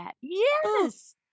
yes